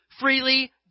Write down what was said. freely